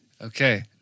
Okay